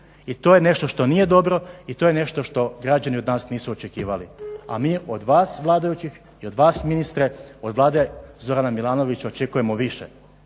I to je nešto što nije dobro i to je nešto što građani od nas nisu očekivali. A mi od vas vladajućih i od vas ministre od Vlade Zorana Milanovića očekujemo više.